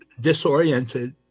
disoriented